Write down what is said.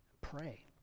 pray